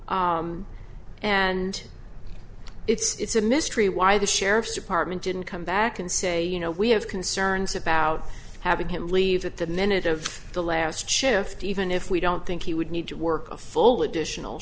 and it's a mystery why the sheriff's department didn't come back and say you know we have concerns about having him leave at the minute of the last shift even if we don't think he would need to work a full additional